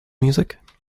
music